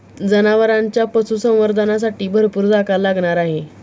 जनावरांच्या पशुसंवर्धनासाठी भरपूर जागा लागणार आहे